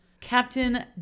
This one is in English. captain